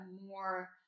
more